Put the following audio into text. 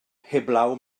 heblaw